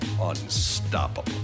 unstoppable